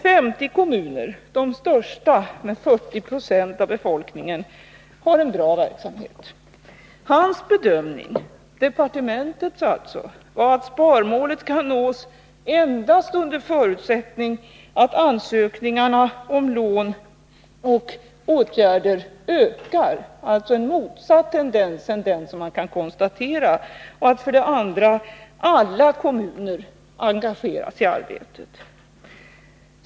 50 kommuner, de största med 40 20 av befolkningen, har en bra verksamhet. Departementets bedömning var att sparmålet kan nås endast under förutsättning att antalet ansökningar om lån och åtgärderna ökar — dvs. en motsatt tendens mot den man nu kan konstatera — och att alla kommuner engageras i arbetet.